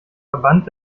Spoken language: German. verband